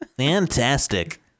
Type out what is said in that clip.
Fantastic